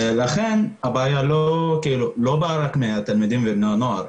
לכן הבעיה לא באה רק מהתלמידים ומהנוער,